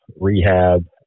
rehab